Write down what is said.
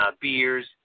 beers